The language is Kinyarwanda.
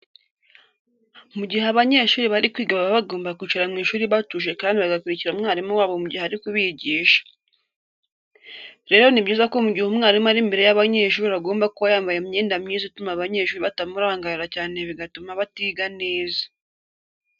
Mu gihe abanyeshuri bari kwiga baba bagomba kwicara mu ishuri batuje kandi bagakurikira umwarimu wabo mu gihe ari kubigisha. Rero ni byiza ko mu gihe umwarimu ari imbere y'abanyeshuri agomba kuba yambaye imyenda myiza ituma abanyeshuri batamurangarira cyane bigatuma batiga neza.